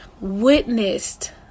witnessed